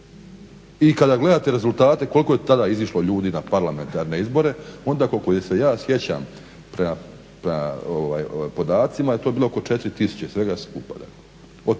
I kada gledate rezultate koliko je tada izišlo ljudi na parlamentarne izbore, onda koliko se ja sjećam prema podacima, to je bilo ok o 4 tisuće svega skupa,